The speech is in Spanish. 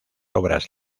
obras